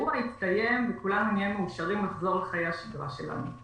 האירוע יסתיים וכולנו נהיה מאושרים לחזור לחיי השגרה שלנו.